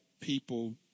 people